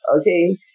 okay